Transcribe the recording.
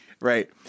Right